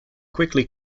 quickly